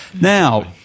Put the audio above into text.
now